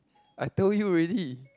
I told you already